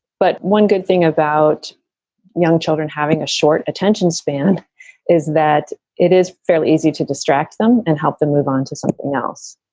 but one good thing about young children having a short attention span is that it is fairly easy to distract them and help them move on to something else.